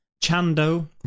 Chando